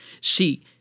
See